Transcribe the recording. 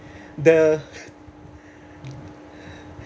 the